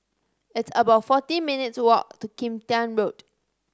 it's about forty minutes' walk to Kim Tian Road